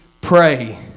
pray